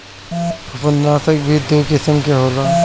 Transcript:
फंफूदनाशक भी दू किसिम के होला